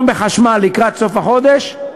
בחשמל, לקראת סוף החודש,